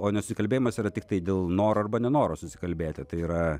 o nesusikalbėjimas yra tiktai dėl noro arba nenoro susikalbėti tai yra